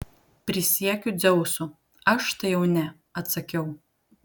prisiekiu dzeusu aš tai jau ne atsakiau